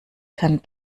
kann